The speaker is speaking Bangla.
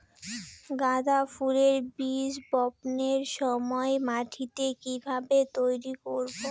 গাদা ফুলের বীজ বপনের সময় মাটিকে কিভাবে তৈরি করব?